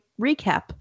recap